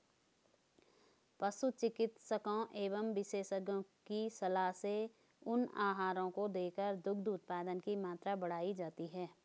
पशु चिकित्सकों एवं विशेषज्ञों की सलाह से उन आहारों को देकर दुग्ध उत्पादन की मात्रा बढ़ाई जाती है